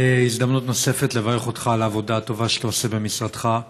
הזדמנות נוספת לברך אותך על העבודה הטובה שאתה עושה במשרדך.